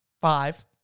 five